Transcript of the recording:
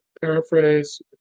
paraphrase